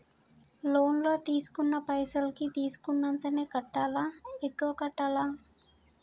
Loan లా తీస్కున్న పైసల్ కి తీస్కున్నంతనే కట్టాలా? ఎక్కువ కట్టాలా?